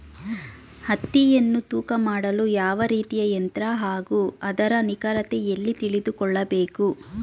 ಹತ್ತಿಯನ್ನು ತೂಕ ಮಾಡಲು ಯಾವ ರೀತಿಯ ಯಂತ್ರ ಹಾಗೂ ಅದರ ನಿಖರತೆ ಎಲ್ಲಿ ತಿಳಿದುಕೊಳ್ಳಬೇಕು?